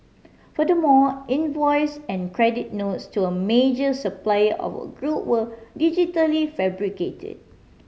furthermore invoice and credit notes to a major supplier of a group were digitally fabricated